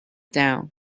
down